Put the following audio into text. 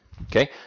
Okay